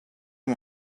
one